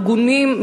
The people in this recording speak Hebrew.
ארגונים,